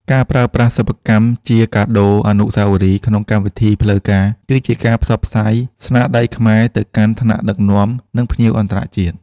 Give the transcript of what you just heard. ការប្រើប្រាស់សិប្បកម្មជាកាដូអនុស្សាវរីយ៍ក្នុងកម្មវិធីផ្លូវការ គឺជាការផ្សព្វផ្សាយស្នាដៃខ្មែរទៅកាន់ថ្នាក់ដឹកនាំ និងភ្ញៀវអន្តរជាតិ។